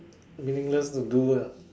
meaningless to do lah